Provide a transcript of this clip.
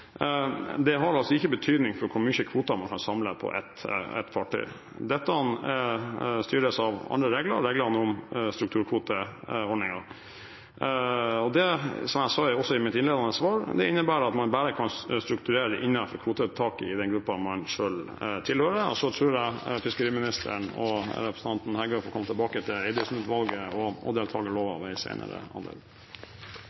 altså ikke har betydning for hvor mange kvoter man kan samle på ett fartøy. Dette styres av andre regler – reglene om strukturkvoteordningen. Det innebærer – som jeg også sa i mitt innledende svar – at man bare kan strukturere innenfor kvotetaket i den gruppen man selv tilhører. Så tror jeg fiskeriministeren og representanten Heggø får komme tilbake til Eidesen-utvalget og deltakerloven